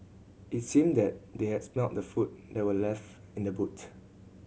it seemed that they had smelt the food that were left in the boot